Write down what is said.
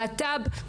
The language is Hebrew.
להט"ב.